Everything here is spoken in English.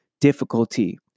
difficulty